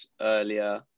earlier